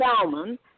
Salmon